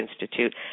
Institute